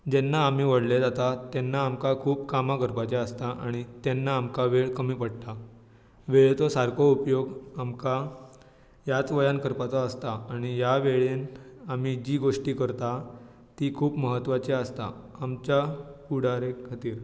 जेन्ना आमी व्हडले जाता तेन्ना आमकां खूब कामां करपाचें आसता आनी तेन्ना आमकां वेळ कमी पडटा वेळेचो सारको उपयोग आमकां ह्याच वयान करपाचो आसता आनी ह्या वेळेन आमी जी गोश्टी करता ती खूब म्हत्वाची आसता आमच्या फुडारा खातीर